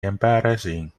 embarrassing